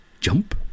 Jump